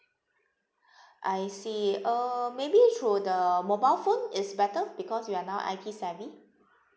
I see uh maybe through the mobile phone is better because we are now I_T savvy